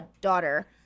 daughter